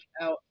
out